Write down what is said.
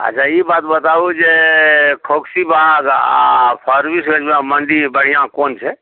अच्छा ई बात बताबू जे खोकसीबाग आ फारबिसगञ्जमे मण्डी बढ़िआँ कोन छै